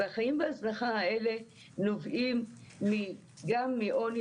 החיים בהזנחה האלה נובעים גם מעוני,